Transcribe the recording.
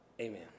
Amen